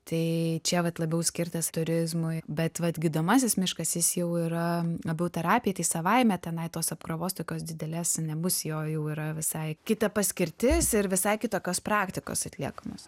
tai čia vat labiau skirtas turizmui bet vat gydomasis miškas jis jau yra labiau terapijai tai savaime tenai tos apkrovos tokios didelės nebus jo jau yra visai kita paskirtis ir visai kitokios praktikos atliekamos